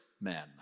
men